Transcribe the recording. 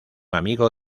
amigo